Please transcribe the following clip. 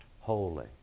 holy